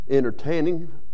entertaining